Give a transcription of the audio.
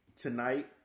tonight